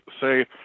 say